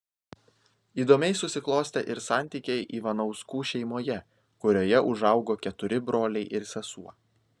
įdomiai susiklostė ir santykiai ivanauskų šeimoje kurioje užaugo keturi broliai ir sesuo